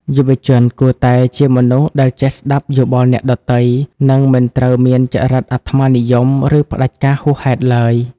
យុវជនគួរតែ "ជាមនុស្សដែលចេះស្ដាប់យោបល់អ្នកដទៃ" និងមិនត្រូវមានចរិតអាត្មានិយម ឬផ្ដាច់ការហួសហេតុឡើយ។